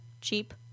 cheap